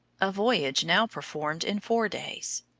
a voyage now performed in four days.